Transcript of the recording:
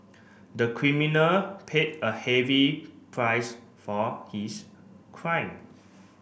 the criminal paid a heavy price for his crime